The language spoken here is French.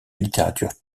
littérature